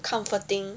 comforting